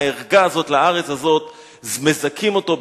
הערגה הזאת לארץ הזאת מזכים אותו,